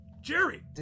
Jerry